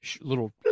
little